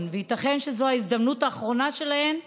וייתכן שזאת ההזדמנות האחרונה שלהן להרות.